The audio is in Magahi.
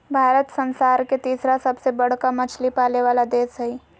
भारत संसार के तिसरा सबसे बडका मछली पाले वाला देश हइ